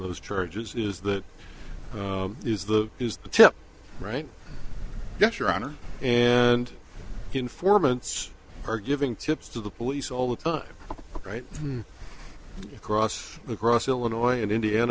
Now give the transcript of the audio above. those charges is that is the is the tip right yes your honor and informants are giving tips to the police all the time right across the grass illinois and indiana